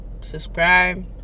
subscribe